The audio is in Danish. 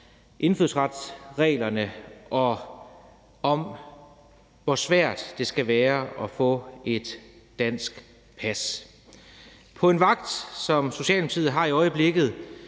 indfødsretsreglerne og om, hvor svært det skal være at få et dansk pas. På en vagt som den, Socialdemokratiet har i øjeblikket,